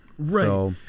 Right